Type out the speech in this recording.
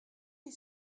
est